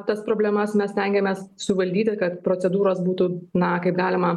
tas problemas mes stengiamės suvaldyti kad procedūros būtų na kaip galima